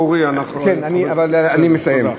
אוקיי, אורי, אנחנו, כן, אני מסיים.